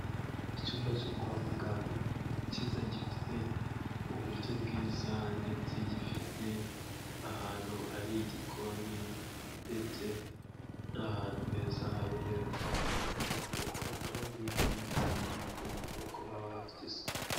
Icyumba cyo kwa muganga, cyiza gifite uburyo bwiza ndetse gifite ahantu hari igikoni, ndetse ni ahantu heza habereye kuba kwa muganga, kuko kwa muganga ni igame kandi ni itegeko ko haba hafite isuku.